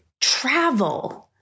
travel